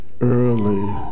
early